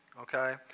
okay